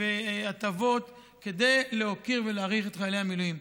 והטבות כדי להוקיר ולהעריך את חיילי המילואים.